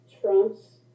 Trumps